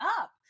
up